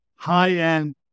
high-end